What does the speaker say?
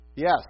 Yes